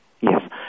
Yes